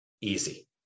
easy